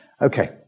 okay